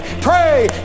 pray